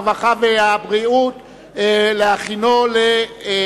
הרווחה והבריאות נתקבלה.